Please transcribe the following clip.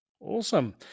Awesome